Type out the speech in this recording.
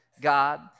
God